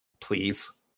please